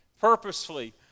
Purposefully